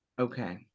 okay